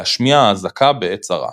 להשמיע אזעקה בעת צרה.